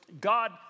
God